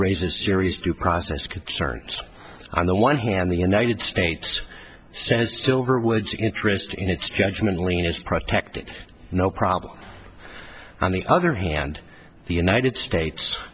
raises serious due process concerns on the one hand the united states says till her words interest in its judgment lean is protected no problem on the other hand the united states